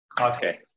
okay